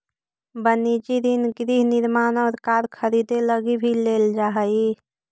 वनिजी ऋण गृह निर्माण और कार खरीदे लगी भी लेल जा हई